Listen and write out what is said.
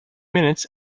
minutes